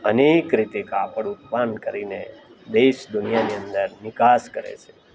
અનેક રીતે કાપડ ઉત્પન્ન કરીને દેશ દુનિયાની અંદર નિકાસ કરે છે